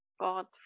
God